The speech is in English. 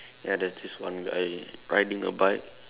ya there's this one guy riding a bike